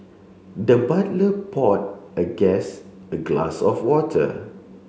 the butler pour a guest a glass of water